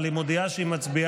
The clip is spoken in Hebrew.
אבל היא מודיעה שהיא מצביעה